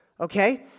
okay